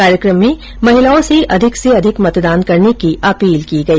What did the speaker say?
कार्यक्रम में महिलाओं से अधिक से अधिक मतदान करने की अपील की गई